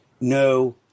no